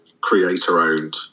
creator-owned